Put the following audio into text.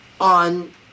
on